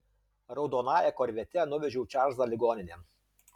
raudonąja korvete nuvežiau čarlzą ligoninėn